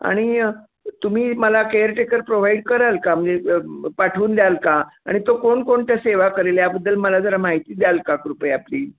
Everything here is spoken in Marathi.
आणि तुम्ही मला केअरटेकर प्रोव्हाइड कराल का म्हणजे पाठवून द्याल का आणि तो कोणकोणत्या सेवा करेल याबद्दल मला जरा माहिती द्याल का कृपया प्लीज